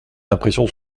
impressions